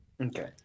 Okay